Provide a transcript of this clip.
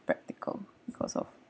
practical because of